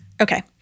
Okay